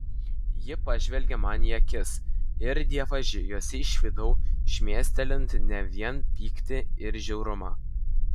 ji pažvelgė man į akis ir dievaži jose išvydau šmėstelint ne vien pyktį ir žiaurumą